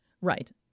Right